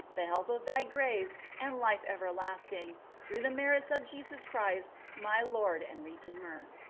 the help of thy grace, and life everlasting, through the merits of jesus christ, my lord and redeemer.